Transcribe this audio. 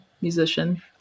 musician